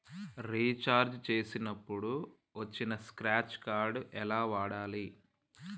Recharge చేసినప్పుడు వచ్చిన scratch card ఎలా వాడాలి?